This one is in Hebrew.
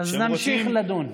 אז נמשיך לדון.